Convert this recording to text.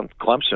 Clemson